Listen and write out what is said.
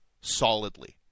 solidly